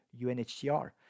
UNHCR